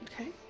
Okay